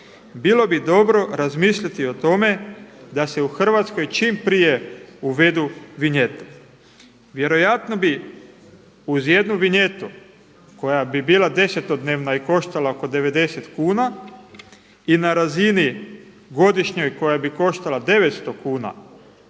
bilo bi dobro razmislit o tome da se u Hrvatskoj čim prije uvedu vinjete. Vjerojatno bi uz jednu vinjetu koja bi bila desetodnevna i koštala oko 90 kuna i na razini godišnjoj koja bi koštala 900 kuna